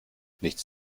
nichts